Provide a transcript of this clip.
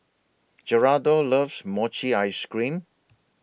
Geraldo loves Mochi Ice Cream